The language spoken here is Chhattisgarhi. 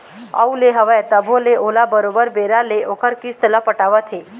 अउ ले हवय तभो ले ओला बरोबर बेरा ले ओखर किस्त ल पटावत हे